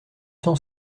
cent